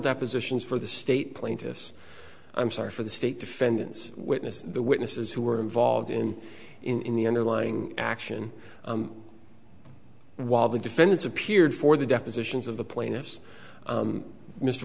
depositions for the state plaintiffs i'm sorry for the state defendants witness the witnesses who were involved in in the underlying action while the defendants appeared for the depositions of the plaintiffs